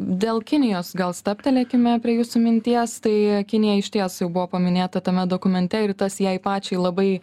dėl kinijos gal stabtelėkime prie jūsų minties tai kinija išties jau buvo paminėta tame dokumente ir tas jai pačiai labai